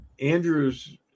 Andrews